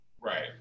Right